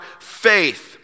Faith